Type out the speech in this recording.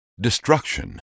destruction